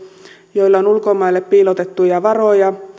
joilla on ulkomaille piilotettuja varoja